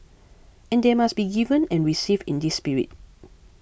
and they must be given and received in this spirit